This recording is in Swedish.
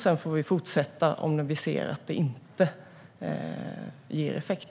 Sedan får vi fortsätta om vi ser att det inte ger effekt.